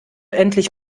endlich